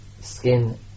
skin